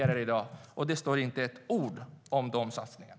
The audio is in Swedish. I interpellationssvaret sägs det inte ett ord om de satsningarna.